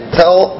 tell